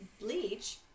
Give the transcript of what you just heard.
bleach